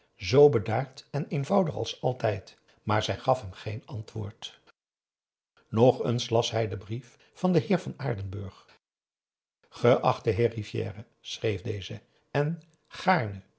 zoo bedaard en eenvoudig als altijd maar zij gaf hem geen antwoord nogeens las hij den brief van den heer van aardenburg geachte heer rivière schreef deze en